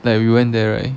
like we went there right